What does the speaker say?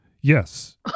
Yes